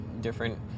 different